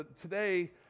today